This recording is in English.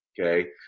Okay